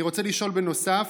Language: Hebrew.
אני רוצה לשאול בנוסף: